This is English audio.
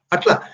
Atla